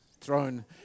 throne